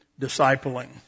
discipling